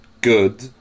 good